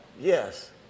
Yes